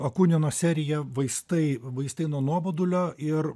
akunino serija vaistai vaistai nuo nuobodulio ir